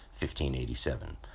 1587